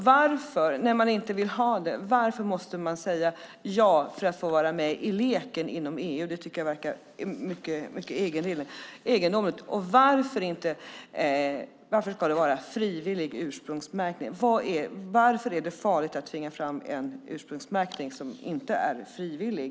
Varför - när man inte vill ha det - måste man säga ja för att få vara med i leken inom EU? Det tycker jag verkar mycket egendomligt. Och varför ska det vara frivillig ursprungsmärkning? Varför är det farligt att tvinga fram en ursprungsmärkning som inte är frivillig?